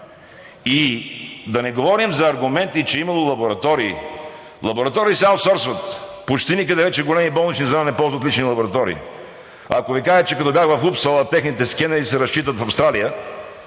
И да не говорим за аргументи, че имало лаборатории. Лаборатории се аутсорсват, почти никъде вече големи болнични звена не ползват лични лаборатории. Ако Ви кажа, че като бях в Упсала, техните скенери се разчитат в Австралия,